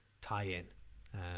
tie-in